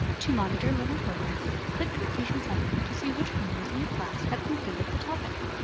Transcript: to monitor learner progress, click completion summary to see which learners in you class have completed the topic.